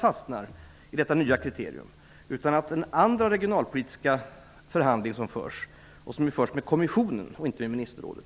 fastnar i detta nya kriterium. Det förs också en andra regionalpolitisk förhandling, och den förs med kommissionen och inte med ministerrådet.